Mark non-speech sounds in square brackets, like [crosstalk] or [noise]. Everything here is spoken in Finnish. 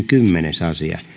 [unintelligible] kymmenes asia